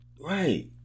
right